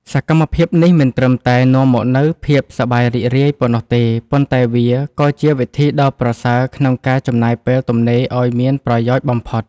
សកម្មភាពនេះមិនត្រឹមតែនាំមកនូវភាពសប្បាយរីករាយប៉ុណ្ណោះទេ ប៉ុន្តែវាក៏ជាវិធីដ៏ប្រសើរក្នុងការចំណាយពេលទំនេរឱ្យមានប្រយោជន៍បំផុត។